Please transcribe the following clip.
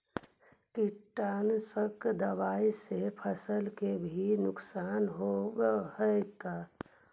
कीटनाशक दबाइ से फसल के भी नुकसान होब हई का?